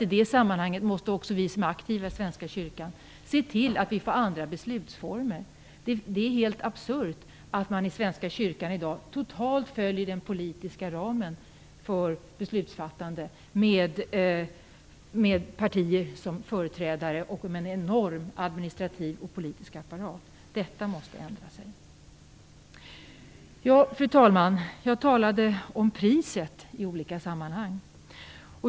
I det sammanhanget måste också vi som är aktiva i Svenska kyrkan se till att vi får andra beslutsformer. Det är helt absurt att man i Svenska kyrkan i dag totalt följer den politiska ramen för beslutsfattande med partier som företrädare och med en enorm administrativ och politisk apparat. Detta måste ändras. Fru talman! Jag talade om priset i olika sammanhang.